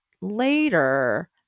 later